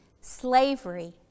slavery